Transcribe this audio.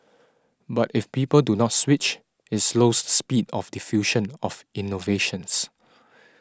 but if people do not switch it slows speed of diffusion of innovations